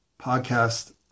podcast